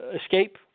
Escape